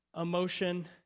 emotion